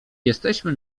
jesteśmy